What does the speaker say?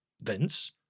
Vince